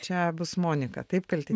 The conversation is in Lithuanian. čia bus monika taip kalti